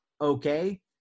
Okay